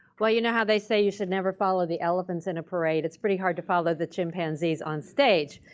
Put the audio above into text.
well, you know how they say you should never follow the elephants in a parade? it's pretty hard to follow the chimpanzees onstage.